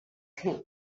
claims